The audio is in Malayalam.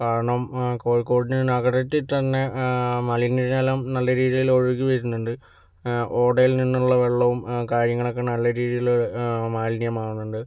കാരണം കോഴിക്കോട് നഗരത്തിൽ തന്നെ മലിനജലം നല്ല രീതിയിൽ ഒഴുകി വരുന്നുണ്ട് ഓടയിൽ നിന്നുള്ള വെള്ളവും കാര്യങ്ങളുമൊക്കെ നല്ല രീതിയിൽ മാലിന്യമാകുന്നുണ്ട്